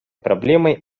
проблемой